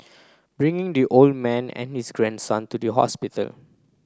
bringing the old man and his grandson to the hospital